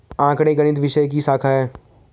आंकड़े गणित विषय की शाखा हैं